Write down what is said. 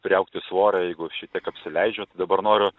priaugti svorio jeigu šitiek apsileidžia dabar noriu